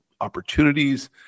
opportunities